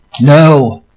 No